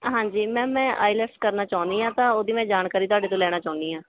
ਹਾਂਜੀ ਮੈਮ ਮੈਂ ਆਈਲੈਸ ਕਰਨਾ ਚਾਹੁੰਦੀ ਹਾਂ ਤਾਂ ਉਹਦੀ ਮੈਂ ਜਾਣਕਾਰੀ ਤੁਹਾਡੇ ਤੋਂ ਲੈਣਾ ਚਾਹੁੰਦੀ ਹਾਂ